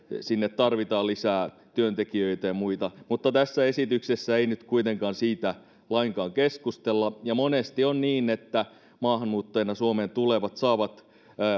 sinne tarvitaan lisää työntekijöitä ja muita mutta tässä esityksessä ei nyt kuitenkaan siitä lainkaan keskustella monesti on niin että maahanmuuttajina suomeen tulevat saavat